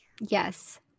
Yes